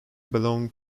belonged